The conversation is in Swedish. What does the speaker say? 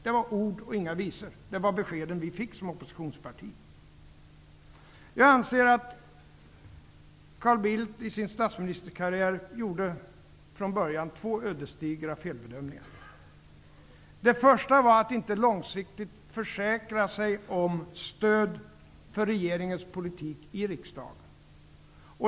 Det var ord och inga visor. Det var beskeden vi fick som oppositionsparti. Jag anser att Carl Bildt i sin statsministerkarriär från början gjorde två ödesdigra felbedömningar. Den första var att inte långsiktigt försäkra sig om stöd för regeringens politik i riksdagen.